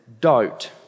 doubt